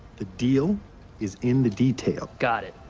the deal is in the detail. got it.